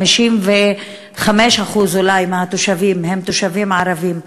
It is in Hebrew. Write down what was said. ש-55% אולי מתושביו הם ערבים,